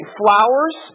flowers